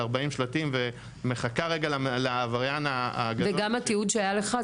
40 שלטים ומחכה לעבריין הגדול הזה -- וגם בתיעוד שהיה לך,